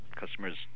Customers